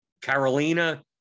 Carolina